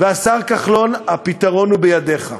והשר כחלון, הפתרון הוא בידיך.